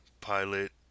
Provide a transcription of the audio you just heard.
pilot